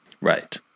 Right